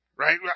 Right